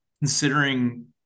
considering